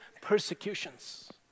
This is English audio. persecutions